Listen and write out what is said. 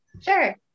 Sure